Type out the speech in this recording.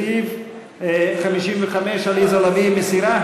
לסעיף 55, עליזה לביא, מסירה?